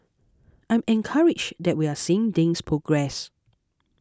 I'm encouraged that we're seeing things progress